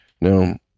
Now